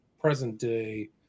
present-day